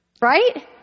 Right